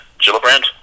Gillibrand